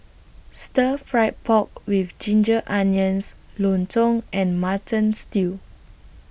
Stir Fried Pork with Ginger Onions Lontong and Mutton Stew